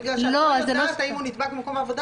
בגלל שאת לא יודעת אם הוא נדבק במקום העבודה